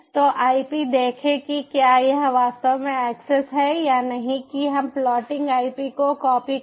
तो आइए देखें कि क्या यह वास्तव में एक्सेस है या नहीं कि हम फ्लोटिंग आईपी को कॉपी करें